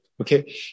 Okay